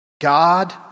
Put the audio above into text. God